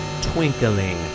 twinkling